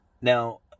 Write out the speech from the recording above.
Now